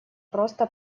просто